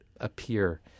appear